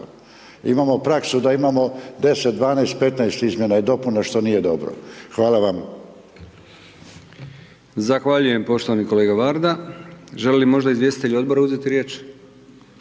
Imamo praksu da imamo 10, 12, 15 izmjena i dopuna, što nije dobro. Hvala vam. **Brkić, Milijan (HDZ)** Zahvaljujem poštovani kolega Varda. Želi li možda izvjestitelj odbora uzeti riječ,